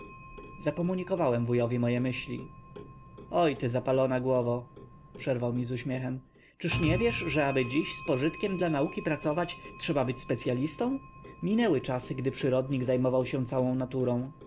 zakomunikowałem wujowi moje myśli oj ty zapalona głową przerwał mi z uśmiechem czyż nie wiesz że aby dziś z pożytkiem dla nauki pracować trzeba być specyalistą minęły czasy gdy przyrodnik zajmował się całą naturą